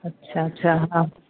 अच्छा अच्छा हा